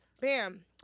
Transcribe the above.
Bam